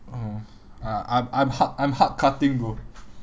oh I'm I'm I'm hard I'm hard cutting bro